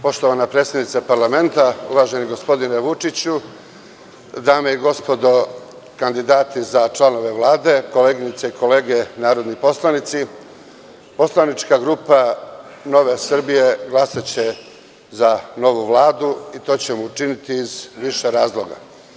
Poštovana predsednice parlamenta, uvaženi gospodine Vučiću, dame i gospodo članovi Vlade, koleginice i kolege narodni poslanici, poslanička grupa NS će glasati za novu Vladu i to ćemo učiniti iz više razloga.